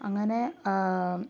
അങ്ങനെ